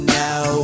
now